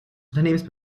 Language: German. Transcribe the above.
unternehmens